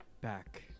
back